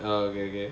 oh okay okay